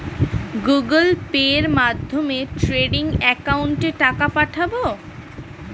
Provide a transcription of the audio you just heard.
Google পের মাধ্যমে trading একাউন্টে টাকা পাঠাবো?